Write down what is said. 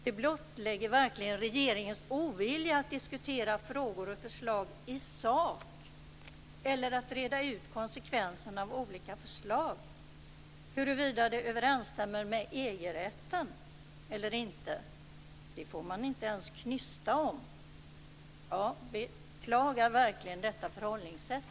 Det blottlägger verkligen regeringens ovilja att diskutera frågor och förslag i sak eller att reda ut konsekvenserna av olika förslag. Huruvida det överensstämmer med EG rätten eller inte får man inte ens knysta om. Jag beklagar verkligen detta förhållningssätt.